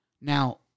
Now